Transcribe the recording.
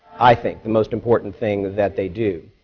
i think, the most important thing that they do.